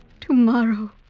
Tomorrow